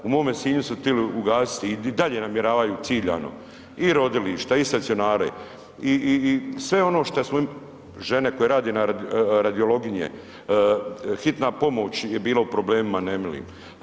U mome Sinju su tili ugasiti i dalje namjeravaju ciljano i rodilišta i stacionare, i, i, i sve ono šta smo, žene koje rade na, radiologinje, hitna pomoć je bila u problemima nemilim.